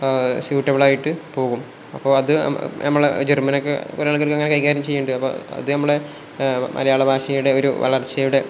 സ്യൂറ്റബിളായിട്ട് പോകും അപ്പോൾ അത് നമ്മൾ ജർമ്മനൊക്കെ ഒരാ ആൾക്കർക്ക് അങ്ങനെ കൈകാര്യം ചെയ്യുന്നുണ്ട് അപ്പം അത് നമ്മളെ മലയാള ഭാഷയുടെ ഒരു വളർച്ചയുടെ